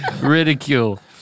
ridicule